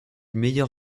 meilleur